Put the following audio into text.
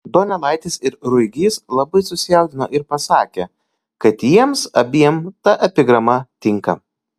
donelaitis ir ruigys labai susijaudino ir pasakė kad jiems abiem ta epigrama tinka